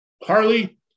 Harley